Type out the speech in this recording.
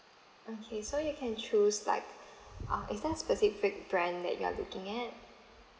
okay so you can choose like ah is there a specific brand that you are looking at